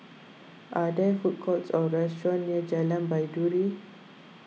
are there food courts or restaurants near Jalan Baiduri